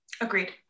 Agreed